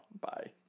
bye